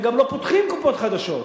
וגם לא פותחים קופות חדשות.